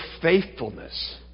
faithfulness